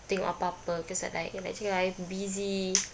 tengok apa-apa cause I like actually I am busy